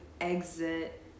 exit